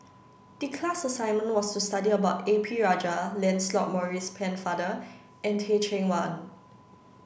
the class assignment was to study about A P Rajah Lancelot Maurice Pennefather and Teh Cheang Wan